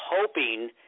hoping